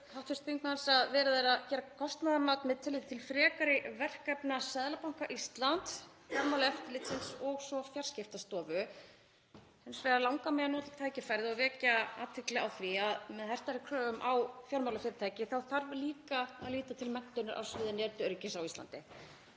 að verið er að gera kostnaðarmat með tilliti til frekari verkefna Seðlabanka Íslands, Fjármálaeftirlitsins og svo Fjarskiptastofu. Hins vegar langar mig að nota tækifærið og vekja athygli á því að með hertari kröfum á fjármálafyrirtæki þá þarf líka að líta til menntunar á sviði netöryggis á Íslandi,